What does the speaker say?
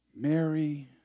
Mary